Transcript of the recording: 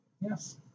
Yes